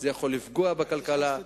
הוא יכול לפגוע בכלכלה.